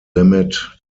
limit